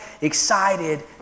excited